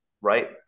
right